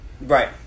Right